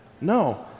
No